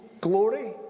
glory